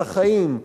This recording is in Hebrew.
על החיים,